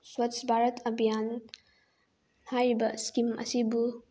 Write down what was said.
ꯁ꯭ꯋꯥꯁ ꯚꯥꯔꯠ ꯑꯕꯤꯌꯥꯟ ꯍꯥꯏꯔꯤꯕ ꯏꯁꯀꯤꯝ ꯑꯁꯤꯕꯨ